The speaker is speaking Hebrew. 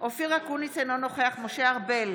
אופיר אקוניס, אינו נוכח משה ארבל,